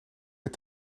het